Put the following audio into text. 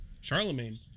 Charlemagne